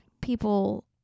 people